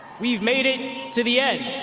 we've made it to the end,